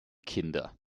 kinder